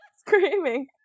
screaming